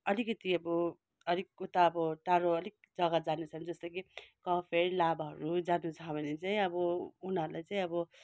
अलिकिति अब अलिक उता अब टाढो अलिक जगा जानु छ भने जस्तो कि कफेर लाभाहरू जानु छ भने चाहिँ अब उनीहरूलाई चाहिँ अब